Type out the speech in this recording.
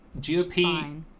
GOP